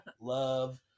love